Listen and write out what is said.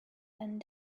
and